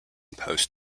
post